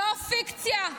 לא הפיקציה.